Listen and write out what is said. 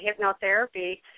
hypnotherapy